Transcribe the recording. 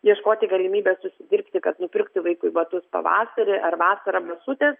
ieškoti galimybės užsidirbti kad nupirkti vaikui batus pavasarį ar vasarą basutes